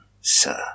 sir